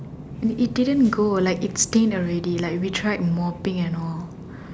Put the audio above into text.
it it didn't go like it's stained already like we tried mopping and all